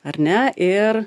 ar ne ir